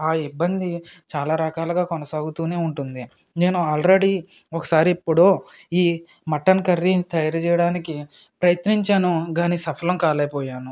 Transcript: ఆ ఇబ్బంది చాలా రకాలుగా కొనసాగుతూనే ఉంటుంది నేను ఆల్రెడీ ఒకసారి ఇప్పుడు ఈ మటన్ కర్రీ తయారు చేయడానికి ప్రయత్నించాను కానీ సఫలం కాలేక పోయాను